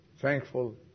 thankful